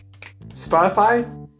Spotify